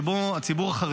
שב"כ,